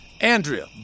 Andrea